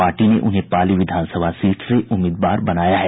party ने उन्हें पाली विधानसभा सीट से उम्मीदवार बनाया है